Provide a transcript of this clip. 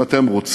אם אתה רוצים